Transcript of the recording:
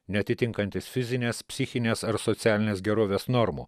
neatitinkantis fizinės psichinės ar socialinės gerovės normų